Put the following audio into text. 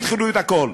הם התחילו את הכול.